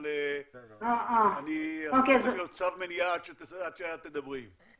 אבל אני עשיתי לו צו מניעה עד שאת תדברי.